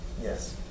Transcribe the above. yes